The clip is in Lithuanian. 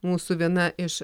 mūsų viena iš